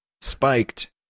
spiked